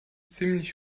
ziemlich